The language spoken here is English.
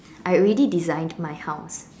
I already designed my house